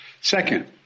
Second